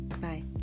Bye